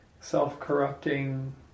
self-corrupting